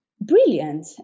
brilliant